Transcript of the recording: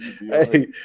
Hey